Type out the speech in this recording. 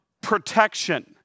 protection